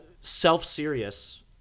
self-serious